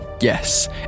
Yes